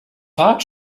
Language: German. fahrt